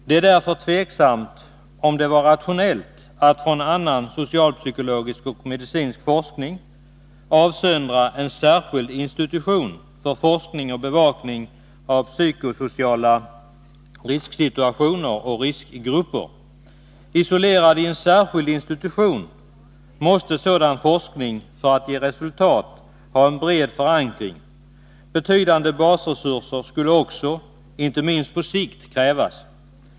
Det är därför tvivelaktigt om det var rationellt att från annan social psykologisk och medicinsk forskning avsöndra en särskild institution för forskning och bevakning av psykosociala risksituationer och riskgrupper. Isolerad i en särskild institution måste sådan forskning, för att ge resultat, ha en bred förankring. Betydande basresurser skulle också, inte minst på sikt, krävas.